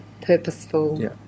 purposeful